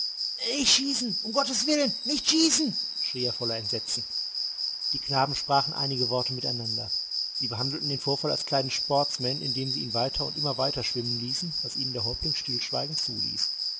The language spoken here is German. schießen um gottes willen nicht schießen schrie er voller entsetzen die knaben sprachen einige worte mit einander sie behandelten den vorfall als kleine sportsmen indem sie ihn weiter und immer weiter schwimmen ließen was ihnen der häuptling stillschweigend zuließ